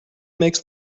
makes